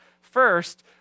First